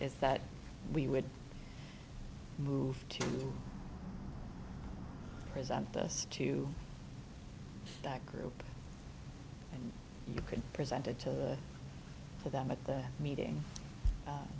is that we would move to present this to that group and you could presented to them at the meeting